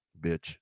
bitch